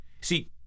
See